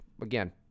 Again